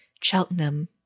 Cheltenham